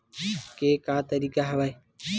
के का तरीका हवय?